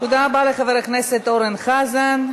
תודה רבה לחבר הכנסת אורן חזן.